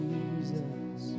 Jesus